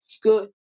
good